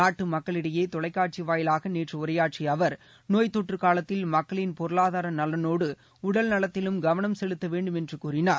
நாட்டு மக்களிடையே தொலைக்காட்சி வாயிலாக நேற்று உரையாற்றிய அவர் நோய் தொற்று காலத்தில் மக்களின் பொருளாதார நலனோடு உடல் நலத்திலும் கவளம் செலுத்த வேண்டும் என்று கூறினார்